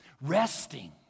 Resting